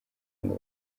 ngo